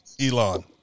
Elon